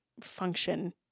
function